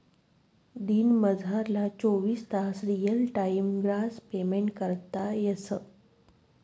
दिनमझारला चोवीस तास रियल टाइम ग्रास पेमेंट करता येस